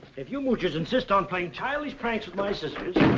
if you mooches insist on playing tireless pranks with my scissors,